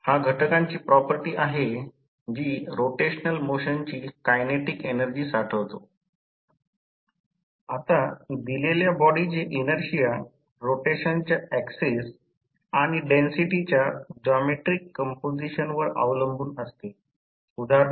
99 नंतर 50 10 उर्जा 50 10 ने भागाकार उर्जा 3 Wi आणि कॉपर लॉस अर्ध्या २ सह कारण हे माहित आहे की copper loss x2 W c आणि x अर्धा भार आहे म्हणून x अर्धा तर अर्धा 2 W c